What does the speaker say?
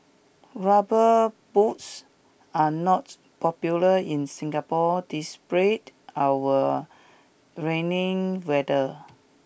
rubber boots are not popular in Singapore despite our raining weather